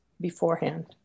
beforehand